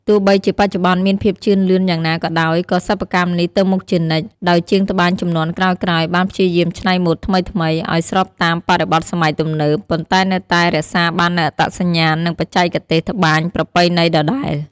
ទោះបីជាបច្ចុប្បន្នមានភាពជឿនលឿនយ៉ាងណាក៏ដោយ ក៏សិប្បកម្មនេះទៅមុខជានិច្ច ដោយជាងត្បាញជំនាន់ក្រោយៗបានព្យាយាមច្នៃម៉ូដថ្មីៗ ឱ្យស្របតាមបរិបទសម័យទំនើប ប៉ុន្តែនៅតែរក្សាបាននូវអត្តសញ្ញាណ និងបច្ចេកទេសត្បាញប្រពៃណីដដែល។